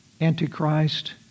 antichrist